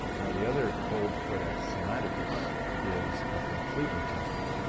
now the other old codex sinaiaticus is a complete new testament.